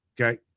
okay